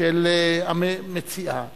של המציעה